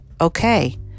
okay